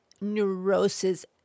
neurosis